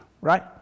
right